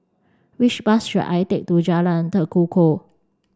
which bus should I take to Jalan Tekukor